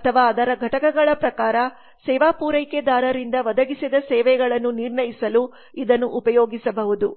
ಅಥವಾ ಅದರ ಘಟಕಗಳ ಪ್ರಕಾರ ಸೇವಾ ಪೂರೈಕೆದಾರರಿಂದ ಒದಗಿಸಿದ ಸೇವೆಗಳನ್ನು ನಿರ್ಣಯಿಸಲು ಇದನ್ನು ಉಪಯೋಗಿಸಬಹುದು